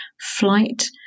flight